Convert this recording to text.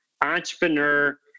entrepreneur